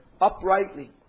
uprightly